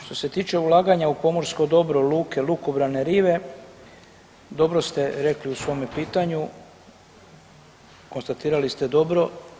Što se tiče ulaganja u pomorsko dobro, luke, lukobrane, rive dobro ste rekli u svome pitanju konstatirali ste dobro.